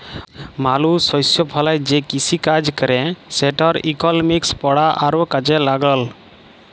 মালুস শস্য ফলায় যে কিসিকাজ ক্যরে সেটর ইকলমিক্স পড়া আরও কাজে ল্যাগল